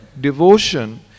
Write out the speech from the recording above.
Devotion